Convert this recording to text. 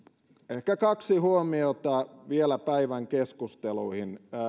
ehkä kaksi huomiota vielä päivän keskusteluihin